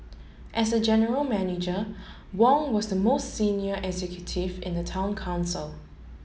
as general manager Wong was the most senior executive in the Town Council